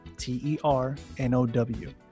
T-E-R-N-O-W